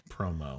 promo